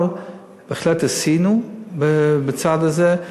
אבל בהחלט עשינו את הצעד הזה.